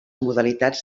modalitats